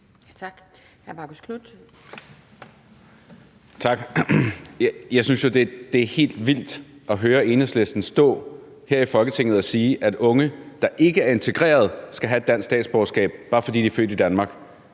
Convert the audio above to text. Tak. Jeg synes jo, det er helt vildt at høre Enhedslisten stå her i Folketinget og sige, at unge, der ikke er integrerede, skal have et dansk statsborgerskab, bare fordi de er født i Danmark.